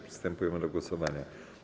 Przystępujemy do głosowania.